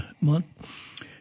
Month